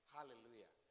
Hallelujah